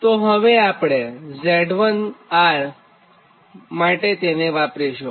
તો હવે આપણે Z1R માટે તેને વાપરીશું